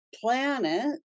planet